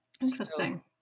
Interesting